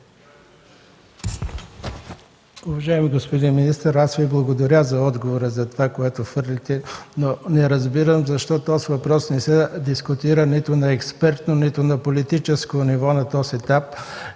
Уважаеми господин министър, аз Ви благодаря за отговора и затова, което твърдите, но не разбирам защо този въпрос не се дискутира нито на експертно, нито на политическо ниво на този етап.